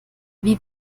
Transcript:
wie